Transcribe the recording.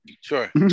Sure